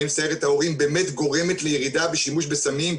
האם סיירת ההורים באמת גורמת לירידה בשימוש בסמים,